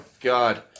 God